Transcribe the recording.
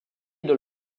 dans